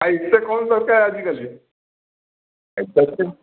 ଆଉ ଏତେ କ'ଣ ଦରକାର ଆଜିକାଲି